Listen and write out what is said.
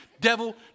Devil